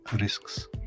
risks